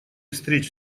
встреч